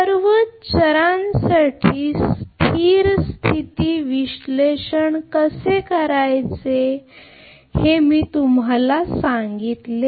सर्व चरांसाठी स्थिर स्थिती विश्लेषण कसे करायचे हे मी तुम्हाला सांगितले